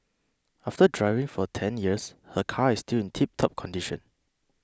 after driving for ten years her car is still in tiptop condition